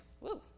Woo